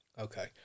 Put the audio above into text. Okay